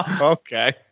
Okay